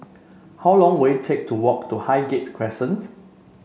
how long will it take to walk to Highgate Crescent